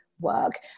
work